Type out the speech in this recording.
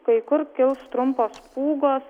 kai kur kils trumpos pūgos